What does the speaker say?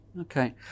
Okay